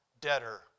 debtor